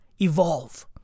evolve